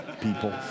people